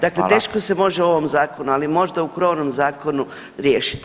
Dakle, teško se može u ovom zakonu, ali možda u krovnom zakonu riješiti.